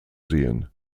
sehen